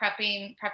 prepping